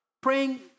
praying